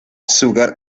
sugar